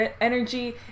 energy